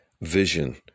vision